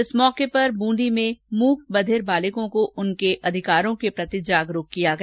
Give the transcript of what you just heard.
इस अवसर पर बूंदी में मूक बधिर बालकों को उनके अधिकारों के प्रति जागरूक किया गया